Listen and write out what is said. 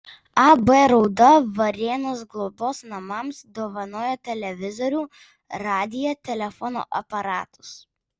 ab rauda varėnos globos namams dovanojo televizorių radiją telefono aparatus